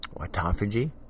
autophagy